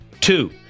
Two